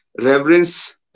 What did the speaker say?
reverence